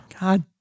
God